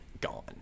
gone